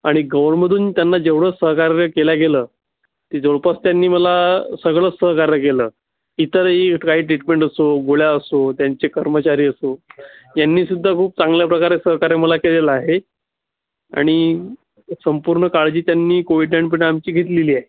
आणि गौरमदून त्यांना जेवढं सहकार्य केल्या गेलं की जवळपास त्यांनी मला सगळं सहकार्य केलं इतरही काही ट्रिटमेंट असो गोळ्या असो त्यांचे कर्मचारी असो यांनीसुद्धा खूप चांगल्या प्रकारे सहकार्य मला केलेलं आहे आणि संपूर्ण काळजी त्यांनी कोविड टाईम टू टाईमची घेतलेली आहे